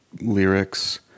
lyrics